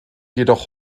jedoch